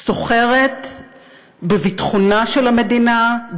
סוחרת בביטחונה של המדינה,